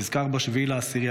נזכר ב-7.10,